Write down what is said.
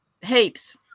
Heaps